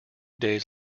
days